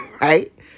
right